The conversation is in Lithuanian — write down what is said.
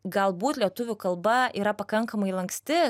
galbūt lietuvių kalba yra pakankamai lanksti